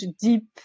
deep